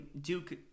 Duke